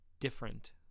different